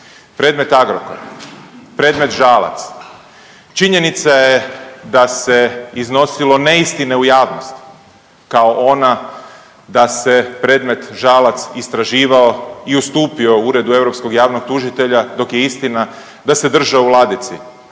Predmet Agrokor, predmet Žalac, činjenica je da se iznosilo neistine u javnost kao ona da se predmet Žalac istraživao i ustupio Uredu europskog javnog tužitelja dok je istina da se držao u ladici,